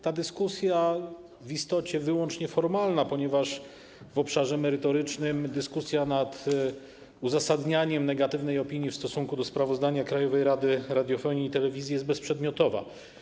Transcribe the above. Ta dyskusja jest w istocie wyłącznie formalna, ponieważ w obszarze merytorycznym dyskusja nad uzasadnieniem negatywnej opinii w stosunku do sprawozdania Krajowej Rady Radiofonii i Telewizji jest bezprzedmiotowa.